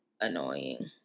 Annoying